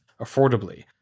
affordably